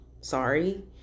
Sorry